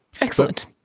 Excellent